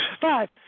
five